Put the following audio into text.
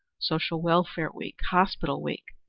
social welfare week, hospital week,